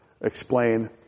explain